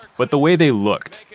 but the way they looked.